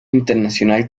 internacional